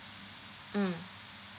mm